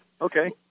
Okay